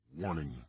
Warning